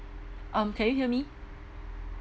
um can you hear me